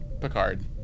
Picard